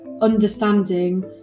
understanding